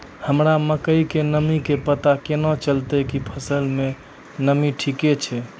हमरा मकई के नमी के पता केना चलतै कि फसल मे नमी ठीक छै?